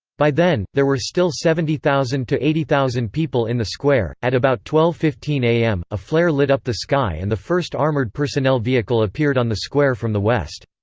by then, there were still seventy thousand eighty thousand people in the square at about twelve fifteen am, a flare lit up the sky and the first armored personnel vehicle appeared on the square from the west.